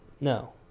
No